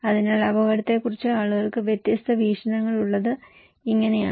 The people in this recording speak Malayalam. അതിനാൽ അപകടത്തെക്കുറിച്ച് ആളുകൾക്ക് വ്യത്യസ്ത വീക്ഷണങ്ങൾ ഉള്ളത് ഇങ്ങനെയാണ്